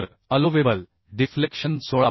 तर allowable deflection 16